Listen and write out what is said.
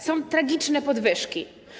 Są tragiczne podwyżki.